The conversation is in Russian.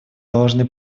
должны